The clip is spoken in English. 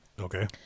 Okay